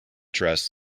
dress